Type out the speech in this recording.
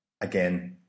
again